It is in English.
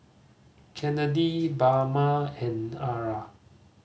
Kennedi Bama and Ara